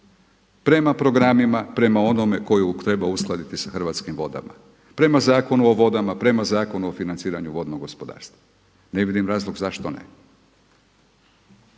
Prema programima, prema onome koju treba uskladiti s Hrvatskim vodama. Prema Zakonu o vodama, prema Zakonu o financiranju vodnog gospodarstva. Ne vidim razlog zašto ne.